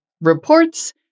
reports